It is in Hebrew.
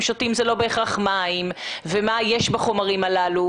שותים זה לא בהכרח מים ומה יש בחומרים הללו?